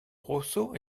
rosso